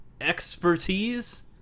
expertise